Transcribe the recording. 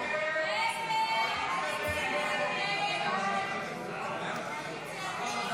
הסתייגות 118 לא נתקבלה.